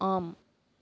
ஆம்